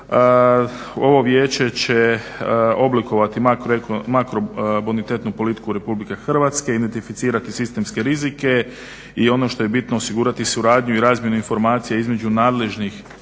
Ovo vijeće će oblikovati makrobonitetnu politiku RH, identificirati sistemske rizike i ono što je bitno osigurati suradnju i razmjenu informacija između nadležnih